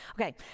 Okay